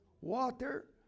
water